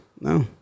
No